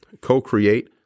co-create